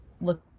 look